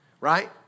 Right